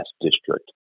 district